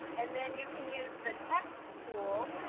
and then you can use the text tool,